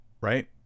right